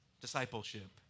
Discipleship